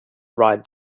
ride